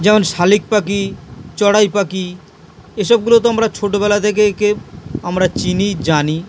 যেমন শালিক পাখি চড়াই পাখি এসবগুলো তো আমরা ছোটোবেলা থেকে একে আমরা চিনি জানি